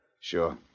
Sure